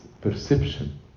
perception